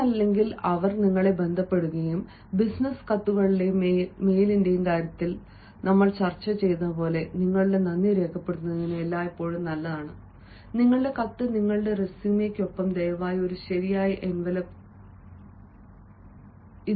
അവൻ അല്ലെങ്കിൽ അവൾ നിങ്ങളെ ബന്ധപ്പെടുകയും ബിസിനസ്സ് കത്തുകളുടെയും മെയിലിന്റെയും കാര്യത്തിൽ ഞങ്ങൾ ചെയ്തതു പോലെ നിങ്ങളുടെ നന്ദി രേഖപ്പെടുത്തുന്നത് എല്ലായ്പ്പോഴും നല്ലതാണ് നിങ്ങളുടെ കത്ത് നിങ്ങളുടെ റെസ്യുമെയ്ക്കൊപ്പം ദയവായി ഒരു ശരിയായ എൻവലപ്പ് തിരഞ്ഞെടുക്കുക